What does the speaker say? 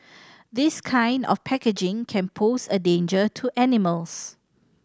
this kind of packaging can pose a danger to animals